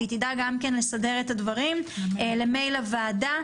והיא תדע גם לסדר את הדברים למייל הוועדה